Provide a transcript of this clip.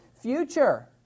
future